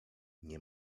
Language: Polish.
nie